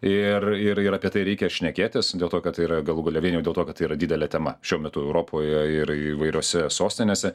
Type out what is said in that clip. ir ir ir apie tai reikia šnekėtis dėl to kad tai yra galų gale vien jau dėl to kad tai yra didelė tema šiuo metu europoje ir įvairiose sostinėse